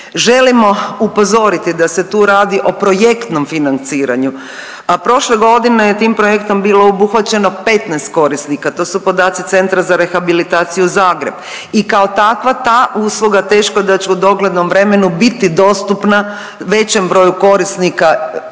želimo upozoriti da se tu radi o projektnom financiranju. A prošle godine je tim projektom bilo obuhvaćeno 15 korisnika, to su podaci Centra za rehabilitaciju Zagreb i kao takva ta usluga teško da će u doglednom vremenu biti dostupna većem broju korisnika pa